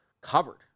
covered